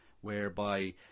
whereby